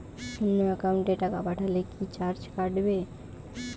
অন্য একাউন্টে টাকা পাঠালে কি চার্জ কাটবে?